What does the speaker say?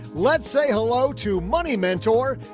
let's say hello to money mentor,